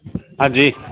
હા જી